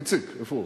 איציק, איפה הוא?